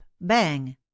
bang